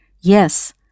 yes